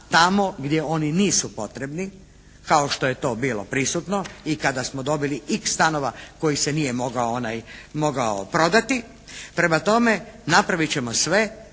tamo gdje oni nisu potrebno kao što je to bilo prisutno i kada smo dobili "x" stanova kojih se nije mogao prodati. Prema tome, napravit ćemo sve